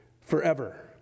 forever